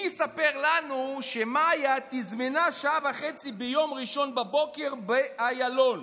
מי יספר לנו שמיה תזמנה שעה וחצי ביום ראשון בבוקר באיילון?